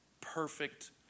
perfect